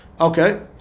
Okay